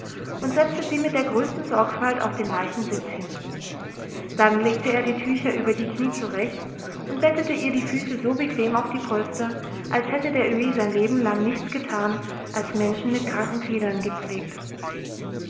und setzte sie mit der größten sorgfalt auf den weichen sitz hin dann legte er die tücher über die knie zurecht und bettete ihr die füße so bequem auf die polster als hätte der öhi sein leben lang nichts getan als menschen mit kranken gliedern gepflegt